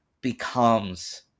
becomes